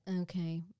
okay